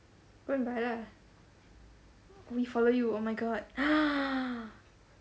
go and buy lah we follow you oh my god